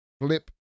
Flip